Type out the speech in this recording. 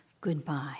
Goodbye